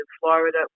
Florida